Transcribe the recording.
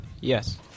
Yes